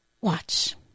Watch